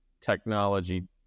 technology